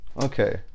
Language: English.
Okay